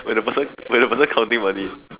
when the person when the person counting money